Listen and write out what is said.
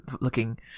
looking